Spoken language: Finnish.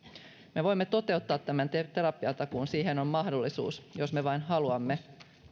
me voimme toteuttaa tämän terapiatakuun siihen on mahdollisuus jos me vain haluamme